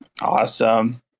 awesome